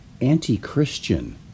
anti-Christian